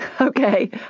Okay